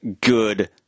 good